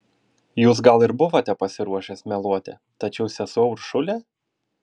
jūs gal ir buvote pasiruošęs meluoti tačiau sesuo uršulė